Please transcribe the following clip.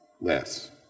less